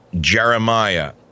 Jeremiah